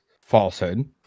falsehood